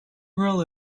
rule